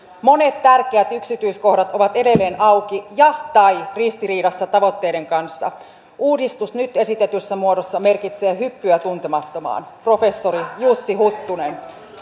monet tärkeät yksityiskohdat ovat edelleen auki ja tai ristiriidassa tavoitteiden kanssa uudistus nyt esitetyssä muodossa merkitsee hyppyä tuntemattomaan professori jussi huttunen